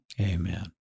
Amen